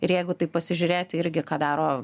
ir jeigu taip pasižiūrėti irgi ką daro